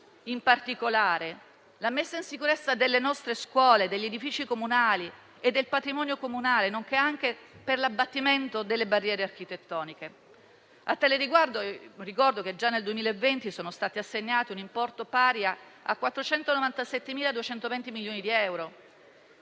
in particolare anche la messa in sicurezza delle nostre scuole, degli edifici comunali e del patrimonio comunale, nonché l'abbattimento delle barriere architettoniche. A tale riguardo, ricordo che già nel 2020 è stato assegnato un importo pari a 497,22 milioni di euro.